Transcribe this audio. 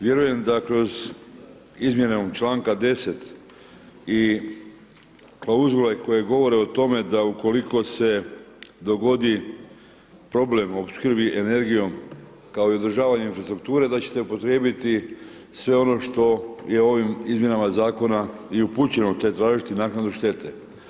Vjerujem da kroz izmjenom članka 10. i klauzule koje govore o tome da ukoliko se dogodi problem u opskrbi energijom kao i održavanjem infrastrukture da ćete upotrijebiti sve ono što je ovim izmjenama zakona i upućeno te tražiti naknadu štete.